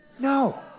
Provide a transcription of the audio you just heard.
No